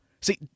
see